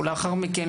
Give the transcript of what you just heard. ולאחר מכן,